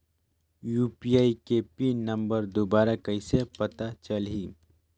UPI के pin number दुबारा कइसे पता चलही?